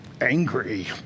angry